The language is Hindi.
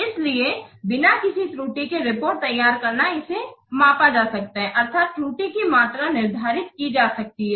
इसलिए बिना किसी त्रुटि के रिपोर्ट तैयार करना इसे मापा जा सकता है अर्थात त्रुटि कि मात्रा निर्धारित की जा सकती है